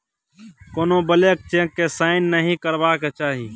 कोनो blank cheque केँ sign नहि करबाक चाही